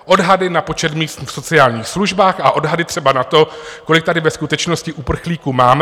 Odhady na počet míst v sociálních službách a odhady třeba na to, kolik tady ve skutečnosti uprchlíků máme.